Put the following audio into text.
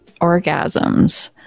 orgasms